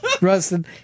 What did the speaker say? Rustin